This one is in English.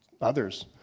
others